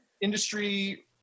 industry